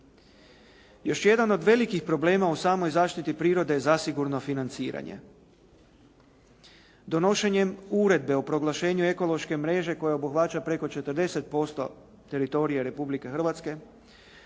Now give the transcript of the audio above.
Još jedan od velikih problema u samoj zaštiti prirode je zasigurno financiranje. Donošenjem Uredbe o proglašenju ekološke mreže koja obuhvaća preko 40% teritorija Republike Hrvatske